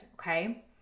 Okay